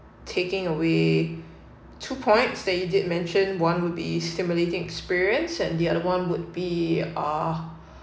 taking away two points that you did mention one would be stimulating experience and the other one would be uh